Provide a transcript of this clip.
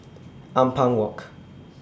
Ampang Walk